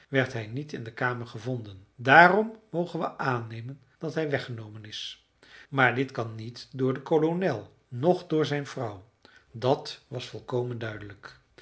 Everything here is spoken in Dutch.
werd hij niet in de kamer gevonden daarom mogen we aannemen dat hij weggenomen is maar dit kan niet zijn door den kolonel noch door zijn vrouw dat was volkomen duidelijk